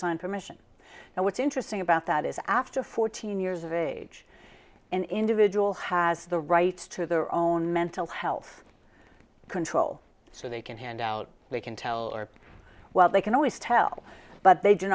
sign permission now what's interesting about that is after fourteen years of age an individual has the rights to their own mental health control so they can hand out they can tell or well they can always tell but they do